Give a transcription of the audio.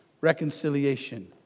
reconciliation